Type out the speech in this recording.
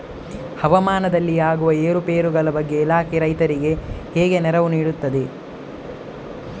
ಹವಾಮಾನದಲ್ಲಿ ಆಗುವ ಏರುಪೇರುಗಳ ಬಗ್ಗೆ ಇಲಾಖೆ ರೈತರಿಗೆ ಹೇಗೆ ನೆರವು ನೀಡ್ತದೆ?